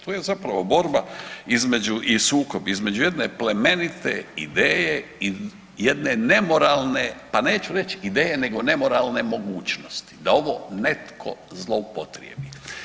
To je zapravo borba i sukob između jedne plemenite ideje i jedne nemoralne pa neću reć ideje nego nemoralne mogućnosti da ovo netko zloupotrijebi.